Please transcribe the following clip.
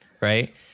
right